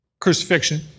crucifixion